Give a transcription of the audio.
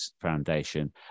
Foundation